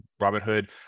Robinhood